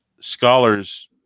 scholars